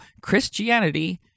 Christianity